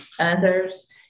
others